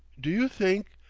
do you think?